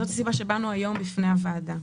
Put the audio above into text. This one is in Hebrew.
זאת הסיבה שבאנו היום לפני הוועדה.